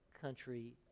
country